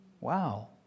Wow